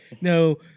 no